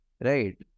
Right